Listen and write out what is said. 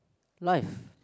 life